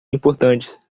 importantes